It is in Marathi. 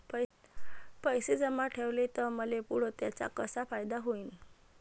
पैसे जमा ठेवले त मले पुढं त्याचा कसा फायदा होईन?